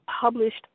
published